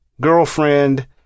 girlfriend